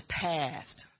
passed